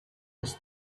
does